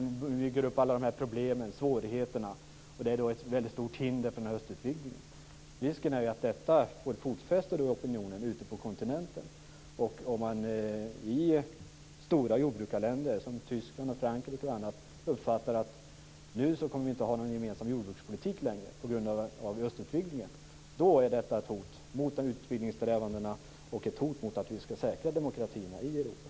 Man bygger upp en mängd problem och svårigheter, och detta är ett väldigt stort hinder för östutvidgningen. Risken finns att detta får fotfäste hos opinionen ute på kontinenten. Om man i stora jordbrukarländer som t.ex. Tyskland och Frankrike uppfattar att vi inte längre kommer att ha någon gemensam jordbrukspolitik just på grund av östutvidgningen, blir det ett hot mot utvidgningssträvandena och mot ett säkrande av demokratierna i Europa.